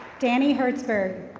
dani hertzberg.